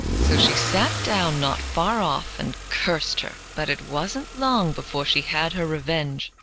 so she sat down not far off and cursed her. but it wasn't long before she had her revenge.